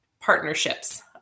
partnerships